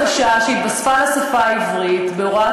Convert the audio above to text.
מגדר זו מילה חדשה שהתווספה לשפה העברית בהוראת